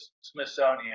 Smithsonian